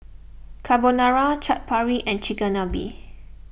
Carbonara Chaat Papri and Chigenabe